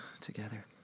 together